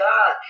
God